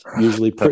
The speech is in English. usually